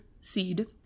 seed